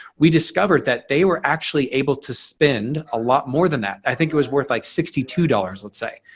we discovered that they were actually able to spend a lot more than that. i think it was worth like sixty two dollars, let's say.